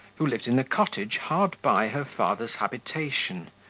who lived in a cottage hard by her father's habitation,